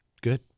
Good